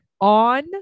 on